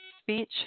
speech